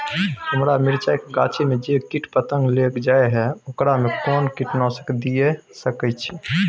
हमरा मिर्चाय के गाछी में जे कीट पतंग लैग जाय है ओकरा में कोन कीटनासक दिय सकै छी?